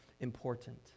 important